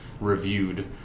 reviewed